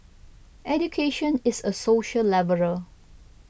education is a social leveller